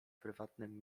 prywatnym